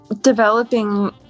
developing